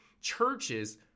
churches